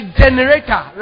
generator